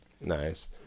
Nice